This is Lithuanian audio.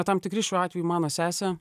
tam tikri šiuo atveju mano sesė